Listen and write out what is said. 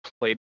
played